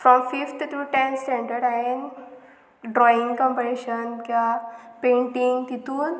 from fifth to tenth standard हांयेन drawing competition किंवां painting तितून